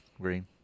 Green